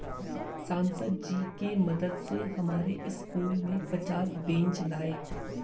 सांसद जी के मदद से हमारे स्कूल में पचास बेंच लाए